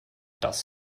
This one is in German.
das